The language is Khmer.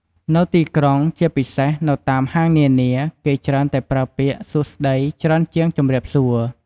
នៅទីក្រុង ជាពិសេស នៅតាមហាងនានា គេច្រើនតែប្រើពាក្យ “សួស្តី” ច្រើនជាង “ជំរាបសួរ”។